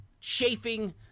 chafing